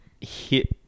hit